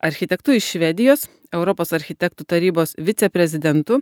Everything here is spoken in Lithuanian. architektu iš švedijos europos architektų tarybos viceprezidentu